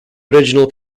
original